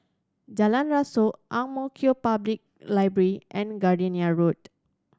Jalan Rasok Ang Mo Kio Public Library and Gardenia Road